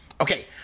Okay